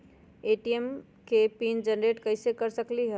हम ए.टी.एम के pin generate कईसे कर सकली ह?